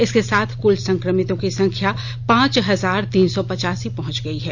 इसी के साथ कुल संकमितों की संख्या पांच हजार तीन सौ पचासी पहुंच गयी है